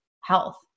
health